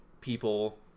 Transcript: people